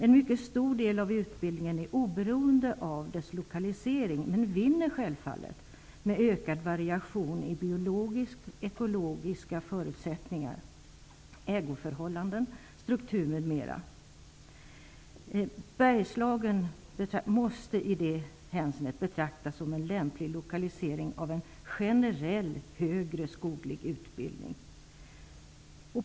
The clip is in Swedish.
En mycket stor del av utbildningen är oberoende av dess lokalisering, men vinner självfallet med ökad variation i biologiska och ekologiska förutsättningar, ägarförhållanden, struktur, m.m. Bergslagen måste i det hänseendet betraktas som en lämplig lokalisering för en generell högre skoglig utbildning.